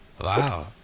Wow